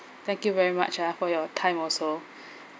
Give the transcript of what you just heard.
thank you very much ah for your time also